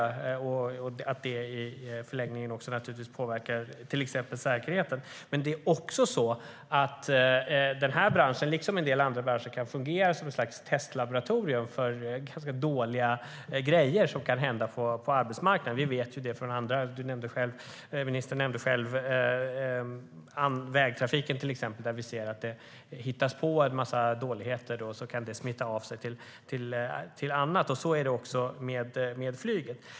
I förlängningen påverkar självklart detta även till exempel säkerheten. Men det är också så att den här branschen, liksom en del andra branscher, kan fungera som ett slags testlaboratorium för ganska dåliga grejer som kan hända på arbetsmarknaden. Ministern nämnde själv vägtrafiken, där det hittas på en massa dåligheter. Det kan smitta av sig till annat. Så är det också med flyget.